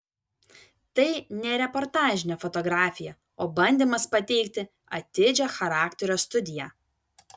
tai ne reportažinė fotografija o bandymas pateikti atidžią charakterio studiją